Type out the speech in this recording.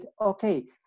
Okay